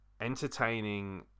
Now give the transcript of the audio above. entertaining